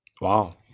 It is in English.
Wow